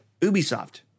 Ubisoft